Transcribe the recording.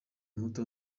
muto